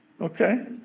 Okay